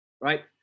right